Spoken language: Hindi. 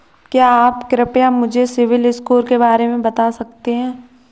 क्या आप कृपया मुझे सिबिल स्कोर के बारे में बता सकते हैं?